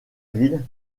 ville